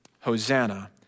Hosanna